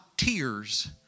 Tears